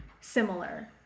similar